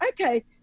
okay